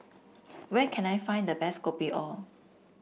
where can I find the best Kopi Or